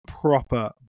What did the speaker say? proper